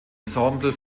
ensemble